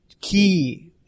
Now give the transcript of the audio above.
key